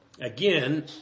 again